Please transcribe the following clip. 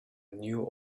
new